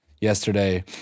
yesterday